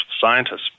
scientists